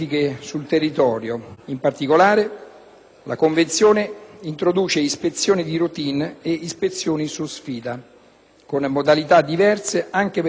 con modalità diverse anche per quanto concerne il tempo di preavviso (48-72 ore per le prime, 12 ore per le seconde). Le ispezioni su sfida,